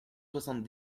soixante